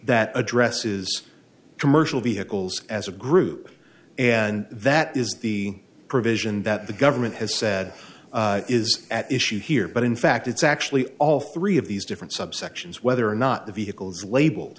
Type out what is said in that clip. that addresses commercial vehicles as a group and that is the provision that the government has said is at issue here but in fact it's actually all three of these different subsections whether or not the vehicles labeled